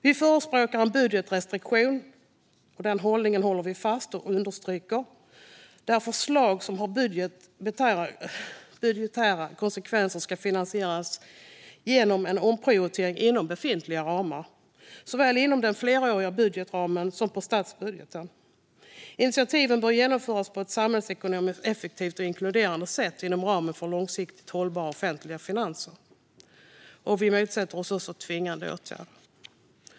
Vi förespråkar en budgetrestriktiv hållning där förslag som har budgetära konsekvenser ska finansieras genom en omprioritering inom befintliga ramar, såväl inom den fleråriga budgetramen som i statsbudgeten. Initiativen bör genomföras på ett samhällsekonomiskt effektivt och inkluderande sätt inom ramen för långsiktigt hållbara offentliga finanser, och vi motsätter oss också tvingande åtgärder.